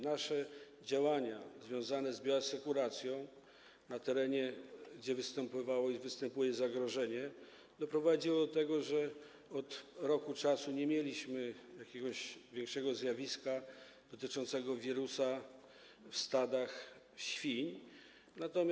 Nasze działania związane z bioasekuracją na terenie, na którym występowało i występuje zagrożenie, doprowadziły do tego, że od roku nie mieliśmy jakiegoś większego zjawiska dotyczącego wirusa w stadach świń.